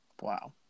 Wow